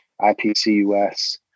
ipcus